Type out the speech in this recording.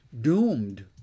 doomed